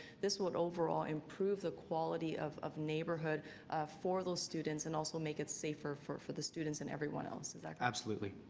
this would overall improve the quality of of neighborhood for those students and also make it safer for for the students and everyone else. like absolutely.